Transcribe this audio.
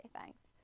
thanks